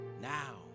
Now